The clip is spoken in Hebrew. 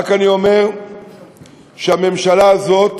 אני רק אומר שהממשלה הזאת,